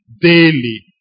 daily